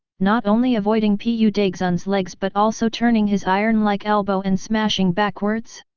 not only avoiding pu daxun's legs but also turning his iron-like elbow and smashing backwards?